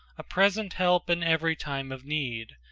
a present help in every time of need,